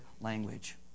language